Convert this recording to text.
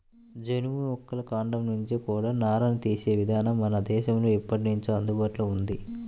జనుము మొక్కల కాండం నుంచి కూడా నారని తీసే ఇదానం మన దేశంలో ఎప్పట్నుంచో అందుబాటులో ఉంది